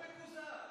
הוא מקוזז,